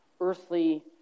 earthly